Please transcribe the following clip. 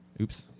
Oops